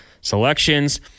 selections